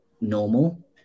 normal